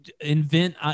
invent